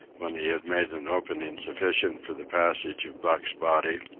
when he had made an opening sufficient for the passage of buck's body.